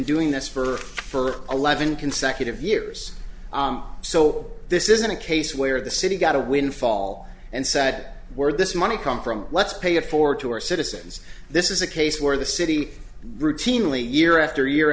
doing this for for eleven consecutive years so this isn't a case where the city got a windfall and sat where this money come from let's pay it forward to our citizens this is a case where the city routine lee year after year